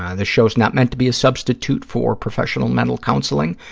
ah the show's not meant to be a substitute for professional mental counseling.